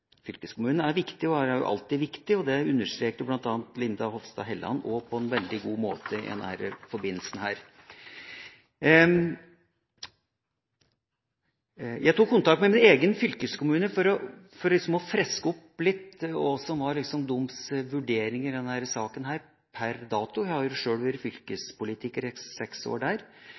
Fylkeskommunen er alltid viktig. Det understreket bl.a. Linda C. Hofstad Helleland på en veldig god måte i denne forbindelse. Jeg tok kontakt med min egen fylkeskommune for å friske litt opp i hva deres vurderinger i denne saken var per dato. Jeg har sjøl vært fylkespolitiker i seks år der.